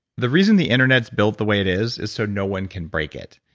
the reason the internet's built the way it is is so no one can break it.